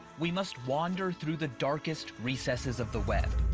we must wander through the darkest recesses of the web.